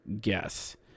guess